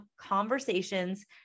conversations